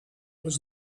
was